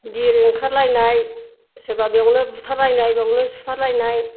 बिर ओंखारलायनाय सोरबा बेयावनो बुथारलायनाय बेयावनो सुथारलायनाय